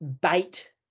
bait